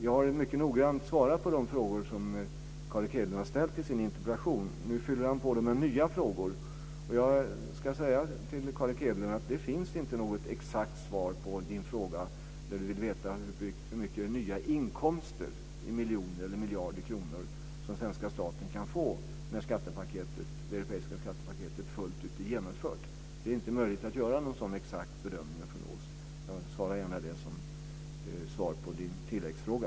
Jag har mycket noggrant svarat på de frågor som Carl Erik Hedlund har ställt i sin interpellation. Nu fyller han på med nya frågor. Jag ska säga till Carl Erik Hedlund att det inte finns något exakt svar på hans fråga om hur mycket nya inkomster i miljoner eller miljarder kronor som svenska staten kan få när det europeiska skattepaketet fullt ut är genomfört. Det är inte att möjligt att göra någon sådan exakt bedömning eller prognos. Det säger jag gärna som svar på